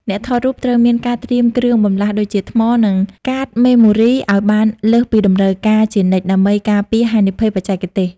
អ្នកថតរូបត្រូវមានការត្រៀមគ្រឿងបន្លាស់ដូចជា ថ្ម និងកាតម៉េម៉ូរីឱ្យបានលើសពីតម្រូវការជានិច្ច ដើម្បីការពារហានិភ័យបច្ចេកទេស។